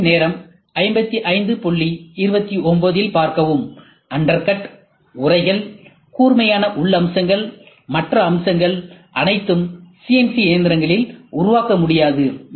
திரையின் நேரம் 5529 இல் பார்க்கவும் அண்டர்கட் உறைகள் கூர்மையான உள் அம்சங்கள் மற்ற அம்சங்கள் அனைத்தும் சிஎன்சி இயந்திரங்களில் உருவாக்க முடியாது